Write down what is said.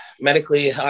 medically